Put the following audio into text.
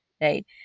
Right